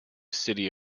city